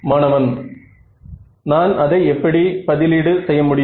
மாணவன் நான் அதை எப்படி பதிலீடு செய்ய முடியும்